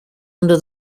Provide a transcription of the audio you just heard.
under